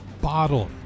bottle